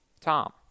Tom